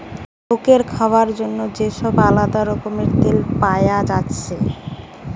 লোকের খাবার জন্যে যে সব আলদা রকমের তেল পায়া যাচ্ছে